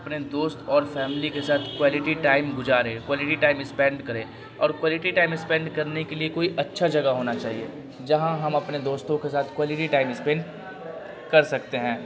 اپنے دوست اور فیملی کے ساتھ کوالٹی ٹائم گزارے کوالٹی ٹائم اسپینڈ کرے اور کوالٹی ٹائم اسپینڈ کرنے کے لیے کوئی اچھا جگہ ہونا چاہیے جہاں ہم اپنے دوستوں کے ساتھ کوالٹی ٹائم اسپینڈ کر سکتے ہیں